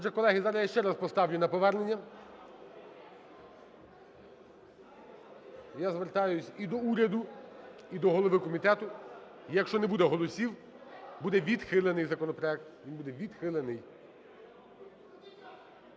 Отже, колеги, зараз я ще раз поставлю на повернення. Я звертаюсь і до уряду, і до голови комітету, якщо не буде голосів – буде відхилений законопроект, він буде відхилений.